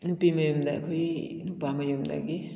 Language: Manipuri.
ꯅꯨꯄꯤ ꯃꯌꯨꯝꯗ ꯑꯩꯈꯣꯏꯒꯤ ꯅꯨꯄꯥ ꯃꯌꯨꯝꯗꯒꯤ